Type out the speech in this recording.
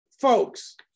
folks